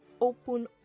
Open